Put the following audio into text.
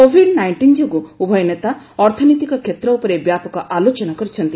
Covid nineteen ଯୋଗୁଁ ଉଭୟ ନେତା ଅର୍ଥନୈତିକ କ୍ଷେତ୍ର ଉପରେ ବ୍ୟାପକ ଆଲୋଚନା କରିଛନ୍ତି